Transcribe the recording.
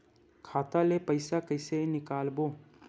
खाता ले पईसा कइसे निकालबो?